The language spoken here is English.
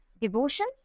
devotion